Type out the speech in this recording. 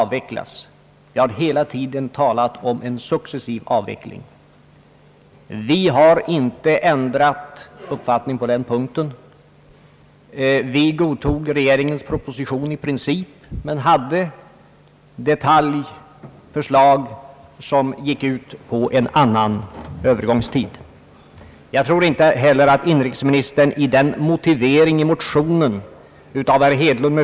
Vi har hela tiden talat om en successiv avveckling. Vi har inte ändrat uppfattning på den punkten. Vi godtog regeringens proposion i princip men hade detaljförslag som gick ut på en annan Övergångstid. Jag tror inte heller att inrikesministern i motiveringen till motionen av herr Hedlund m.